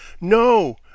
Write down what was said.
No